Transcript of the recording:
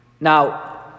Now